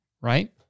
Right